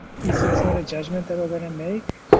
it's ah it's not a judgment that we're gonna make.